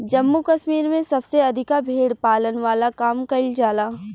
जम्मू कश्मीर में सबसे अधिका भेड़ पालन वाला काम कईल जाला